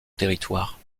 territoire